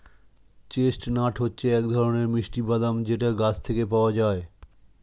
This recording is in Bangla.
চেস্টনাট হচ্ছে এক ধরনের মিষ্টি বাদাম যেটা গাছ থেকে পাওয়া যায়